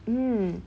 mm